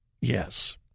yes